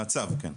הצו, כן.